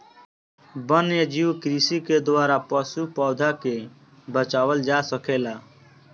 वन्यजीव कृषि के द्वारा पशु, पौधा के बचावल जा सकेला